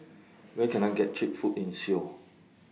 Where Can I get Cheap Food in Seoul